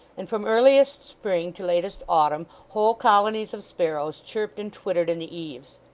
and from earliest spring to latest autumn whole colonies of sparrows chirped and twittered in the eaves.